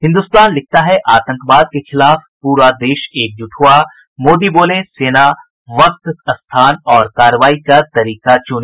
हिन्दुस्तान लिखता है आतंकवाद के खिलाफ पूरा देश एकजुट हुआ मोदी वोले सेना वक्त स्थान और कार्रवाई का तरीका चुने